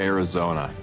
Arizona